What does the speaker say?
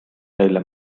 neile